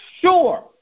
sure